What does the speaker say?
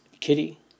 Kitty